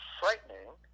frightening